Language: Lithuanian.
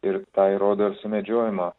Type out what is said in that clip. ir tą įrodo ir sumedžiojimo